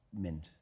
mint